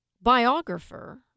Biographer